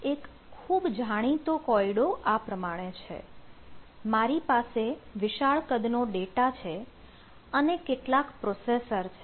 એક ખૂબ જાણીતો કોયડો આ પ્રમાણે છે મારી પાસે વિશાળ કદનો ડેટા છે અને કેટલાક પ્રોસેસર છે